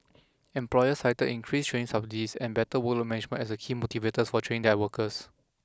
employers cited increased training subsidies and better workload management as the key motivators for training their workers